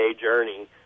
journey